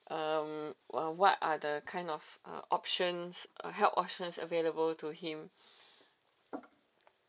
um what are the kind of options uh help options available to him